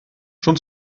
schon